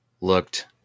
looked